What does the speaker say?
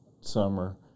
summer